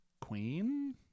Queen